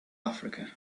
africa